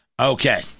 Okay